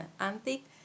antique